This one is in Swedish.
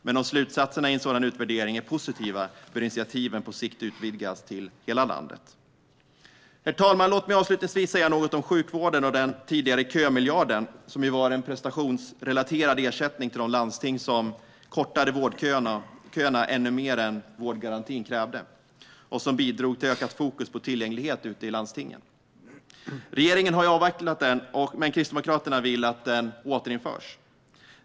Men om slutsatserna i en sådan utvärdering är positiva bör initiativen på sikt utvidgas till hela landet. Herr talman! Jag ska avslutningsvis säga någonting om sjukvården och den tidigare kömiljarden, som var en prestationsrelaterad ersättning till de landsting som kortade vårdköerna ännu mer än vårdgarantin krävde och som bidrog till ökat fokus på tillgänglighet ute i landstingen. Regeringen har avvecklat den, men Kristdemokraterna vill att den återinförs.